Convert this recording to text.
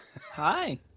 Hi